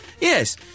Yes